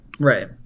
Right